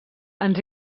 ens